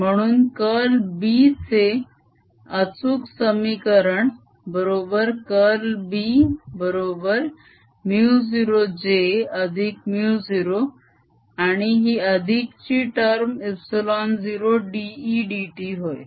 म्हणून curl B चे अचूक समीकरण बरोबर कर्ल B बरोबर μ0j अधिक μ0 आणि ही अधिकची टर्म ε0 d e dt होय